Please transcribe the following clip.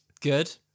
Good